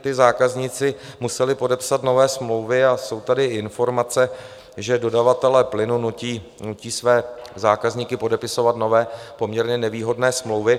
Ti zákazníci museli podepsat nové smlouvy a jsou tady informace, že dodavatelé plynu nutí své zákazníky podepisovat nové, poměrně nevýhodné smlouvy.